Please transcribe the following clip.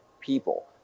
people